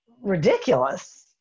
ridiculous